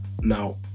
Now